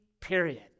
period